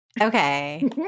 Okay